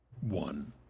one